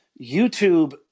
YouTube